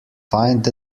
find